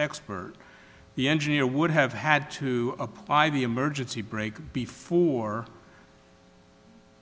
expert the engineer would have had to apply the emergency brake before